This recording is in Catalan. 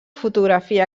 fotografia